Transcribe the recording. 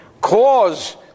cause